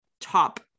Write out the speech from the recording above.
top